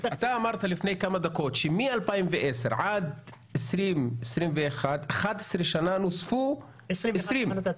אתה אמרת לפני כמה דקות שמ-2010 עד 2021 נוספו 20,